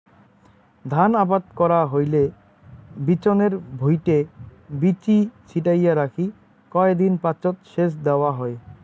ধান আবাদ করা হইলে বিচনের ভুঁইটে বীচি ছিটিয়া রাখি কয় দিন পাচত সেচ দ্যাওয়া হয়